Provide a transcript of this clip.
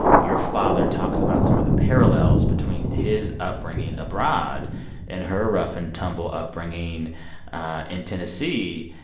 your father talks about some of the parallels between his upbringing abroad and her rough-and-tumble upbringing in tennessee.